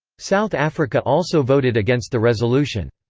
south africa also voted against the resolution.